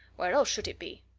where else should it be?